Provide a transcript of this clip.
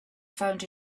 found